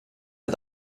hat